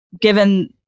given